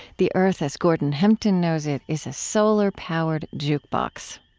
the earth, as gordon hempton knows it, is a solar-powered jukebox.